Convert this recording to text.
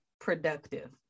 productive